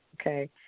Okay